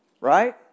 Right